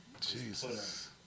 Jesus